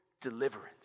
deliverance